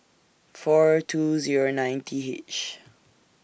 four two Zero nine T H